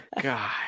God